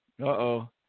Uh-oh